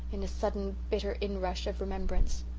in a sudden bitter inrush of remembrance.